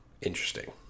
interesting